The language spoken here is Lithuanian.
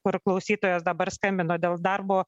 kur klausytojas dabar skambino dėl darbo